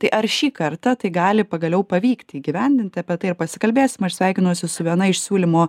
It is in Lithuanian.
tai ar šį kartą tai gali pagaliau pavykti įgyvendinti apie tai ir pasikalbėsim aš sveikinuosi su viena iš siūlymo